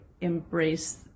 embrace